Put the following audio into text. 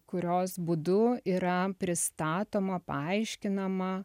kurios būdu yra pristatoma paaiškinama